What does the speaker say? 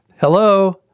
Hello